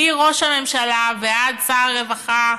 מראש הממשלה ועד שר הרווחה,